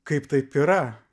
kaip taip yra